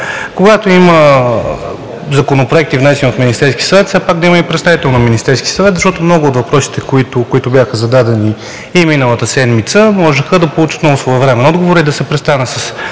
когато има законопроекти, внесени от Министерския съвет, все пак да има и представител на Министерския съвет, защото много от въпросите, които бяха зададени и миналата седмица, можеха да получат много своевременен отговор и да се престане с